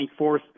24th